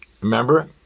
remember